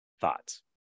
Thoughts